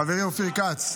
חברי אופיר כץ,